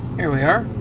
there we are.